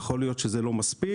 יכול להיות שזה לא מספיק,